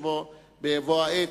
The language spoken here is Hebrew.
בבוא העת,